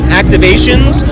activations